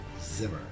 Zimmer